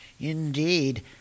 Indeed